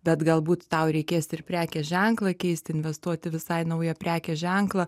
bet galbūt tau reikės ir prekės ženklą keisti investuoti visai į naują prekės ženklą